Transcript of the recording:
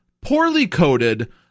poorly-coded